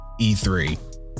E3